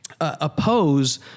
oppose